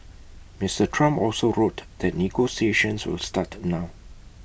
Mister Trump also wrote that negotiations will start now